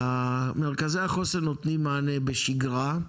מרכזי החוסן נותנים מענה בשגרה,